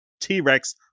T-Rex